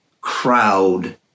crowd